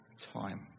time